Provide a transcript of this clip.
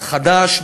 חדש,